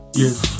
yes